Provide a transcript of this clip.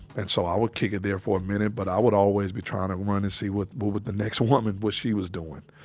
and so, i would kick it there for a minute, but i would always be tryin' to run and see what, what would the next woman, what she was doin'.